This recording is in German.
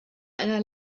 einer